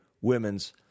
women's